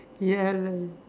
ya lah